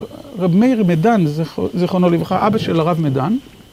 רב מאיר מדן, זכרונו לברכה, אבא של הרב מדן